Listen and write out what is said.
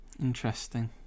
Interesting